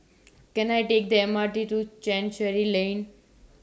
Can I Take The M R T to Chancery Lane